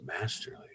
masterly